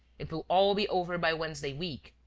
it will all be over by wednesday week.